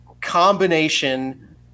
combination